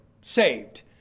saved